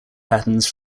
patterns